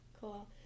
Cool